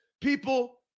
people